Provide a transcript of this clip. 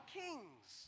kings